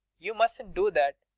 you mustn't do that.